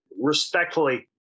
respectfully